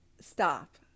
Stop